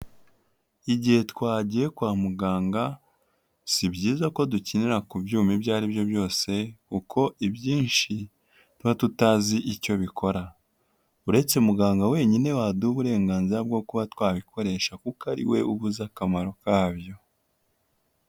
Igihe twagiye kwa muganga si byiza ko dukinira ku byuma ibyo aribyo byose kuko ibyinshi tuba tutazi icyo bikora, uretse muganga wenyine waduha uburenganzira bwo kuba twabikoresha kuko ari we ubu akamaro kabyo.